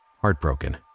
Heartbroken